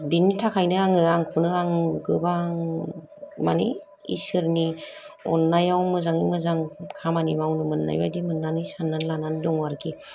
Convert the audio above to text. बेनि थाखायनो आङो आंखौनो आं गोबां माने इसोरनि अन्नायाव मोजाङै मोजां खामानि मावनो मोननाय बायदि मोन्नानै साननानै लानानै दं आरोखि